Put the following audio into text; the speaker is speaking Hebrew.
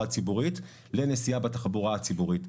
ציבורית לנסיעה בתחבורה הציבורית.